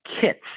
kits